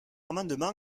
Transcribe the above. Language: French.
amendement